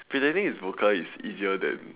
pretending it's vodka is easier than